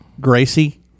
Gracie